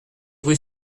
rue